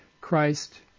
Christ